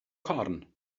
corn